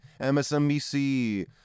MSNBC